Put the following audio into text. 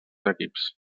equips